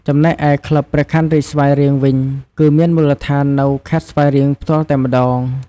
ចំណែកឯ ក្លឹបព្រះខ័នរាជស្វាយរៀងវិញ គឺមានមូលដ្ឋាននៅខេត្តស្វាយរៀងផ្ទាល់តែម្តង។